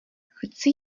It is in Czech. chci